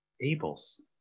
Abel's